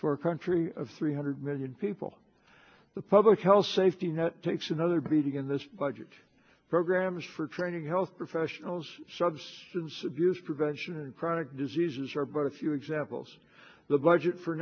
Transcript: for a country of three hundred million people the public health safety net takes another beating in this budget programs for training health professionals substance abuse prevention and chronic diseases are but a few examples the budget for